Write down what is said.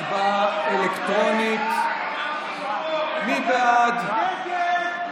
הצעת חוק ירושלים ובנותיה,